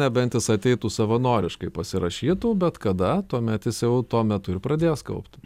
nebent jis ateitų savanoriškai pasirašytų bet kada tuomet jis jau tuo metu ir pradės kaupti